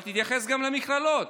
אבל תתייחס גם למכללות.